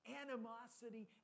animosity